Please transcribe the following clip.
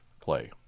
play